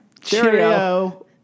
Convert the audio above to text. cheerio